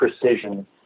precision